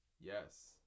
Yes